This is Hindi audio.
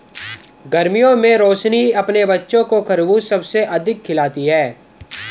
गर्मियों में रोशनी अपने बच्चों को खरबूज सबसे अधिक खिलाती हैं